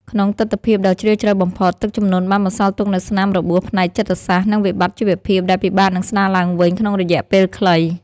ក្នុងទិដ្ឋភាពដ៏ជ្រាលជ្រៅបំផុត ទឹកជំនន់បានបន្សល់ទុកនូវស្នាមរបួសផ្នែកចិត្តសាស្ត្រ និងវិបត្តិជីវភាពដែលពិបាកនឹងស្ដារឡើងវិញក្នុងរយៈពេលខ្លី។